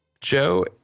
Joe